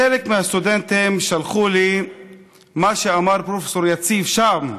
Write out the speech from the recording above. חלק מהסטודנטים שלחו לי מה שאמר פרופ' יציב שם,